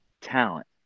talent